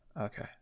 Okay